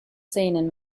seinen